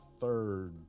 third